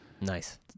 Nice